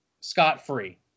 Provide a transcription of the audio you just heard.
scot-free